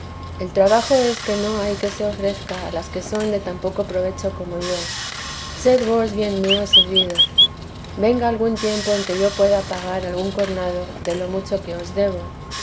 el trabajo es que no hay que se ofrezca a las que son de tan poco provecho como yo sed vos bien mío servido venga algún tiempo en que yo pueda pagar algún cornado de lo mucho que os debo